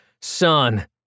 son